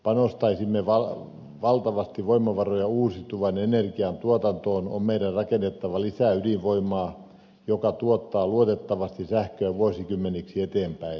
vaikka panostaisimme valtavasti voimavaroja uusiutuvan energian tuotantoon on meidän rakennettava lisää ydinvoimaa joka tuottaa luotettavasti sähköä vuosikymmeniksi eteenpäin